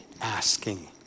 asking